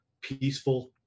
peaceful